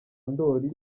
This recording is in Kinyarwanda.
ndori